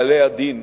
ובעלי הדין,